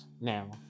now